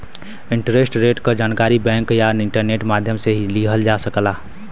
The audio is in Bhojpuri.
इंटरेस्ट रेट क जानकारी बैंक या इंटरनेट माध्यम से लिहल जा सकला